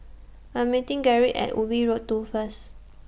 I'm meeting Gerrit At Ubi Road two First